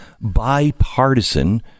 bipartisan